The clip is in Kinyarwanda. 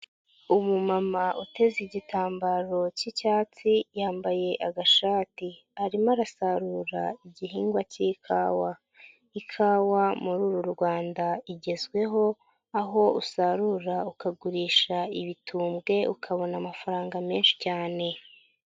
umu mama uteze igitambaro k'icyatsi, yambaye agashati. Arimo arasarura igihingwa cy'ikawa. Ikawa muri uru Rwanda igezweho, aho usarura ukagurisha ibitumbwe ukabona amafaranga menshi cyane.